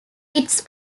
its